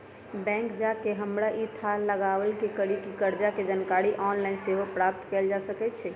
bank जा कऽ हमरा इ थाह लागल कि कर्जा के जानकारी ऑनलाइन सेहो प्राप्त कएल जा सकै छै